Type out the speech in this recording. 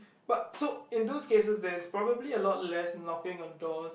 but so in those cases there is probably a lot less knocking on doors